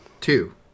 Two